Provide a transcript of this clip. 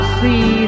see